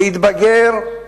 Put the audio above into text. להתבגר,